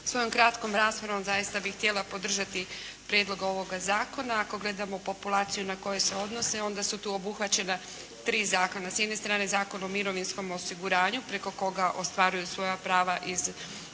Svojom kratkom raspravom zaista bih htjela podržati prijedlog ovoga zakona. Ako gledamo populaciju na koje se odnose onda su tu obuhvaćena tri zakona. S jedne strane Zakon o mirovinskom osiguranju preko koga ostvaruju svoja prava iz obveznog